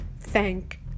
thank